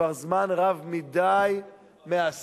כבר זמן רב מדי מהססת,